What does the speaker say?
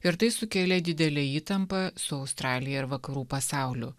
ir tai sukėlė didelę įtampą su australija ir vakarų pasauliu